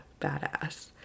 badass